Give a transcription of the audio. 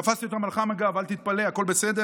תפסתי אותם על חם, אגב, אל תתפלא, הכול בסדר.